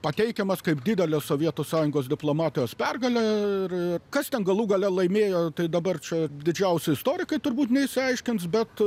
pateikiamas kaip didelę sovietų sąjungos diplomatijos pergalė ir ir kas ten galų gale laimėjo tai dabar čia didžiausi istorikai turbūt neišsiaiškins bet